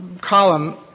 column